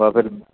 ਤਾਂ ਫਿਰ